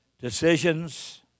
decisions